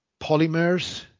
polymers